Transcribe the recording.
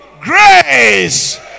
grace